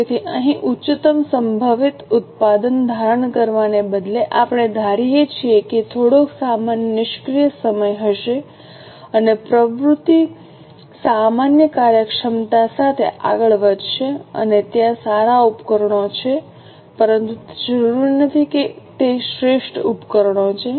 તેથી અહીં ઉચ્ચતમ સંભવિત ઉત્પાદન ધારણ કરવાને બદલે આપણે ધારીએ છીએ કે થોડોક સામાન્ય નિષ્ક્રિય સમય હશે અને પ્રવૃત્તિ સામાન્ય કાર્યક્ષમતા સાથે આગળ વધશે અને ત્યાં સારા ઉપકરણો છે પરંતુ તે જરૂરી નથી કે તે શ્રેષ્ઠ ઉપકરણો છે